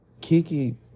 Kiki